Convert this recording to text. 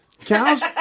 cows